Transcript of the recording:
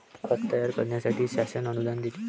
खत तयार करण्यासाठी शासन अनुदान देते